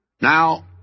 Now